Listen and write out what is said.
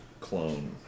clone